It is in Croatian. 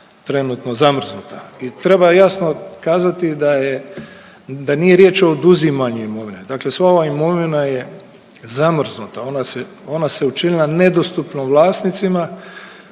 trenutno zamrznuta i treba jasno kazati da nije riječ o oduzimanju imovine. Dakle sva ova imovina je zamrznuta, ona se učinila nedostupnom vlasnicima